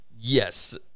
yes